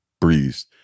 breeze